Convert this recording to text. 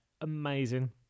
Amazing